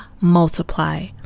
multiply